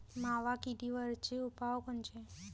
मावा किडीवरचे उपाव कोनचे?